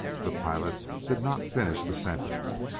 the pilot did not finish the sentence.